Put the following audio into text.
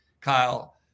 Kyle